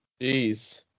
Jeez